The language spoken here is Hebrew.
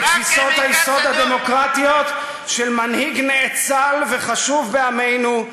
לתפיסות היסוד הדמוקרטיות של מנהיג נאצל וחשוב בעמנו,